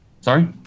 Sorry